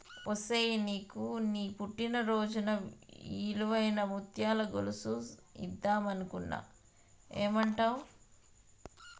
ఒసేయ్ నీకు నీ పుట్టిన రోజున ఇలువైన ముత్యాల గొలుసు ఇద్దం అనుకుంటున్న ఏమంటావ్